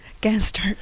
Gangster